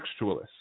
textualists